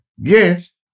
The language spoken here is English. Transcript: Yes